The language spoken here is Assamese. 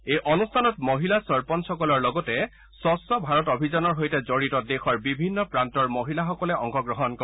এই অনুষ্ঠানত মহিলা চৰপঞ্চসকলৰ লগতে স্বচ্ছ ভাৰত অভিযানৰ সৈতে জড়িত দেশৰ বিভিন্ন প্ৰান্তৰ মহিলাসকলে অংশগ্ৰহণ কৰে